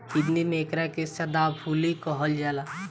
हिंदी में एकरा के सदाफुली कहल जाला